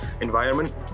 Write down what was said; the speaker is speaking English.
environment